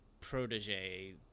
protege